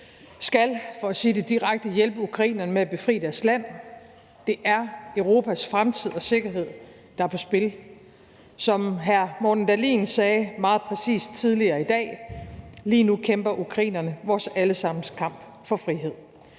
skal, for at sige det direkte, hjælpe ukrainerne med at befri deres land. Det er Europas fremtid og sikkerhed, der er på spil. Som hr. Morten Dahlin sagde meget præcist tidligere i dag: Lige nu kæmper ukrainerne vores alle sammens kamp for frihed.